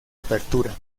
apertura